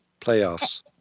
playoffs